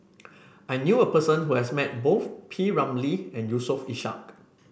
I knew a person who has met both P Ramlee and Yusof Ishak